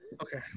Okay